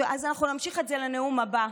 אז אנחנו נמשיך את זה לנאום הבא,